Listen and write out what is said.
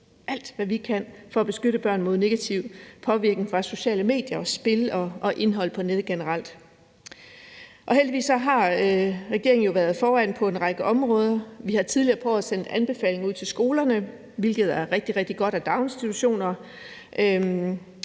alt – hvad vi kan for at beskytte børn mod negativ påvirkning fra sociale medier, spil og indhold på nettet generelt. Heldigvis har regeringen jo været foran på en række områder. Vi har tidligere på året sendt anbefalinger ud til skolerne, hvilket er rigtig, rigtig godt, og til daginstitutioner.